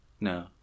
No